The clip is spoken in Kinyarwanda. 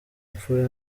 mfura